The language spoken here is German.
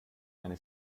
eine